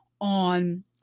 on